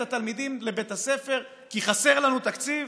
התלמידים לבית הספר כי חסר לנו תקציב?